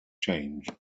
change